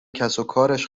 کسوکارش